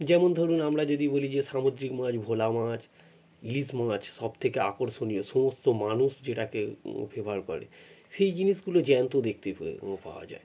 যেমন ধরুন আমরা যদি বলি যে সামদ্রিক মাছ ভোলা মাছ ইলিশ মাছ সব থেকে আকর্ষণীয় সমস্ত মানুষ যেটাকে ফেভার করে সেই জিনিসগুলো জ্যান্ত দেখতে পাওয়া যায়